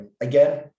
Again